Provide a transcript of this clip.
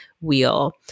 wheel